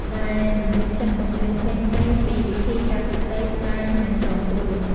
ដែលនមនុស្សចាស់បង្រៀនក្មេងៗពីវិធីកាត់ឫស្សី ត្បាញ និងចងគ្រោង។